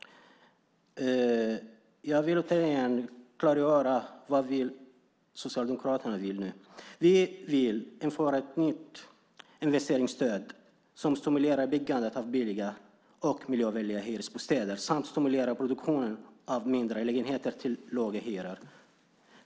Jag vill återigen klargöra vad vi socialdemokrater vill. Vi vill införa ett nytt investeringsstöd som stimulerar byggandet av billiga och miljövänliga hyresbostäder samt stimulera produktionen av mindre lägenheter till låga hyror.